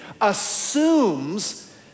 assumes